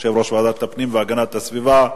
יושב-ראש ועדת הפנים והגנת הסביבה,